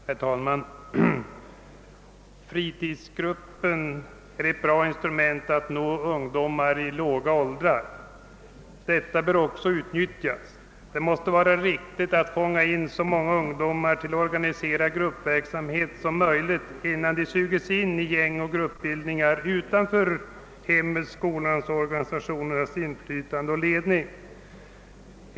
Herr talman! Fritidsgruppen är ett bra instrument för att nå ungdomar i låga åldrar och det bör också utnyttjas. Det måste anses riktigt att fånga in så många ungdomar som möjligt i organiserad gruppverksamhet innan de sugs upp av gängoch gruppbildningar utanför hemmets, skolans och organisationernas inflytande och ledning.